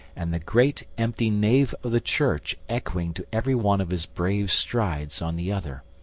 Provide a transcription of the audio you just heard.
and the great empty nave of the church echoing to every one of his brave strides on the other,